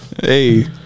Hey